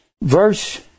verse